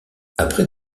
après